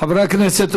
חברי הכנסת,